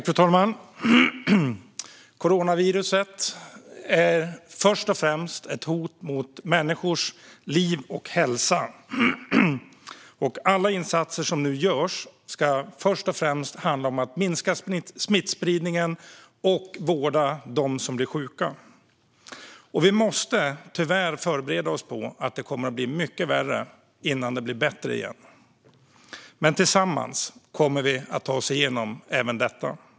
Fru talman! Coronaviruset är först och främst ett hot mot människors liv och hälsa. Alla insatser som nu görs ska först och främst handla om att minska smittspridningen och vårda dem som blir sjuka. Vi måste tyvärr förbereda oss på att det kommer att bli mycket värre innan det blir bättre igen. Men tillsammans kommer vi att ta oss igenom även detta.